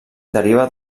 deriva